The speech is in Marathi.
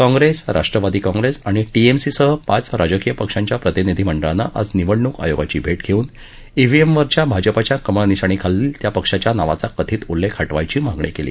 काँग्रेस राष्ट्रवादी काँग्रेस आणि टिएमसीसह पाच राजकीय पक्षांच्या प्रतिनिधीमंडळानं आज निवडणूक आयोगाची भेट घेऊन ईव्हीएमवरील भाजपाच्या कमळ निशाणीखालील त्या पक्षाच्या नावाचा कथित उल्लेख हटवायची मागणी केली